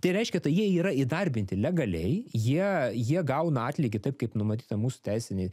tai reiškia tai jie yra įdarbinti legaliai jie jie gauna atlygį taip kaip numatyta mūsų teisinėj